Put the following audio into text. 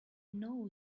know